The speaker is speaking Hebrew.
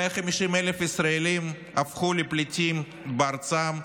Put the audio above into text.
150,000 ישראלים הפכו לפליטים בארצם.